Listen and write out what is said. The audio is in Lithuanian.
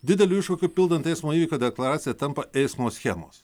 dideliu iššūkiu pildant eismo įvykio deklaraciją tampa eismo schemos